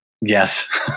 Yes